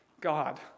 God